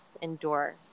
endure